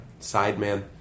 Sideman